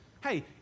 Hey